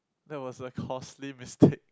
that was a costly mistake